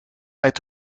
uit